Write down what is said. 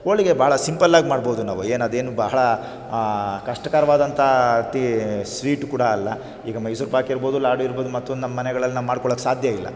ಹೋಳಿಗೆ ಬಹಳ ಸಿಂಪಲ್ಲಾಗಿ ಮಾಡ್ಬೋದು ನಾವು ಏನು ಅದೇನು ಬಹಳ ಕಷ್ಟಕರವಾದಂತ ತಿ ಸ್ವೀಟು ಕೂಡ ಅಲ್ಲ ಈಗ ಮೈಸೂರು ಪಾಕು ಇರ್ಬೋದು ಲಾಡು ಇರ್ಬೋದು ಮತ್ತೊಂದು ನಮ್ಮ ಮನೆಗಳಲ್ಲಿ ನಾವು ಮಾಡ್ಕೊಳ್ಳೋಕ್ ಸಾಧ್ಯ ಇಲ್ಲ